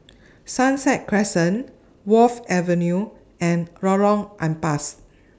Sunset Crescent Wharf Avenue and Lorong Ampas